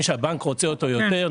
מי שהבנק רוצה אותו יותר,